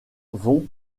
von